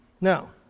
Now